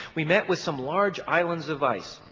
we met with some large islands of ice.